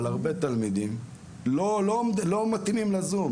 אבל הרבה תלמידים לא מתאימים לזום,